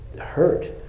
hurt